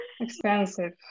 Expensive